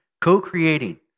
Co-creating